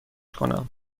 کنم